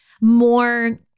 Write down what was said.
more